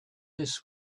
this